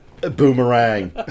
boomerang